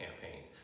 campaigns